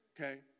Okay